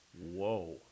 Whoa